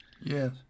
yes